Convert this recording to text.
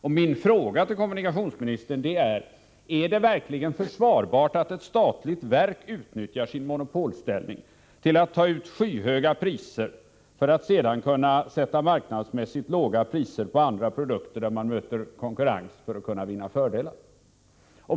Min första fråga till kommunikationsministern lyder: Är det verkligen försvarbart att ett statligt verk utnyttjar sin monopolställning till att ta ut skyhöga priser för att sedan kunna sätta marknadsmässigt låga priser på andra produkter för att kunna vinna konkurrensfördelar?